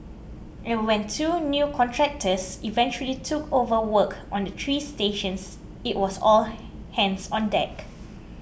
and when two new contractors eventually took over work on the three stations it was all hands on deck